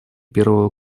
первого